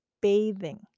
bathing